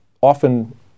often